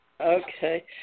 Okay